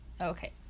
Okay